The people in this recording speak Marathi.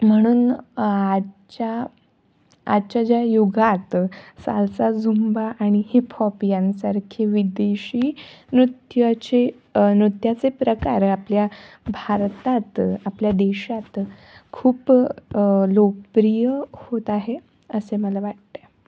म्हणून आजच्या आजच्या ज्या युगात साल्सा झुंबा आणि हिप हॉप यांसारखे विदेशी नृत्याचे नृत्याचे प्रकार आपल्या भारतात आपल्या देशात खूप लोकप्रिय होत आहे असे मला वाटते